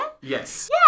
Yes